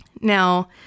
now